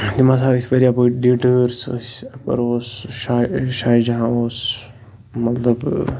تِم ہَسا ٲسۍ واریاہ بٔڑۍ لیٖڈٲرٕس ٲسۍ اَکبر اوس شاہہِ جہاں اوس مطلب